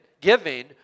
giving